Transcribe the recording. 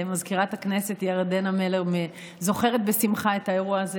מזכירת הכנסת ירדנה מלר זוכרת בשמחה את האירוע הזה,